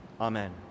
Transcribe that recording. Amen